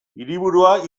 hiriburua